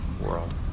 world